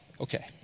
Okay